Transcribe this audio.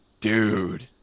dude